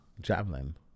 Javelin